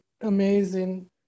amazing